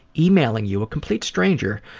yeah e-mailing you, a complete stranger,